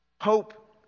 hope